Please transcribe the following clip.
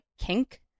kink